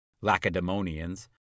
Lacedaemonians